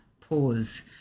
pause